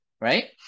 right